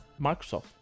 Microsoft